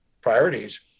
priorities